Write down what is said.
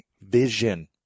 vision